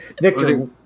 Victor